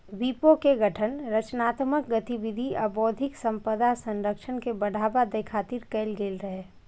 विपो के गठन रचनात्मक गतिविधि आ बौद्धिक संपदा संरक्षण के बढ़ावा दै खातिर कैल गेल रहै